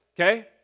okay